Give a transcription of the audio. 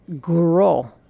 grow